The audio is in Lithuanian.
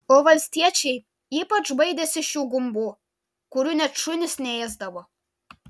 o valstiečiai ypač baidėsi šių gumbų kurių net šunys neėsdavo